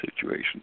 situation